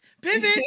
pivot